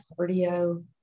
cardio